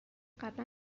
قبلا